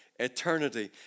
eternity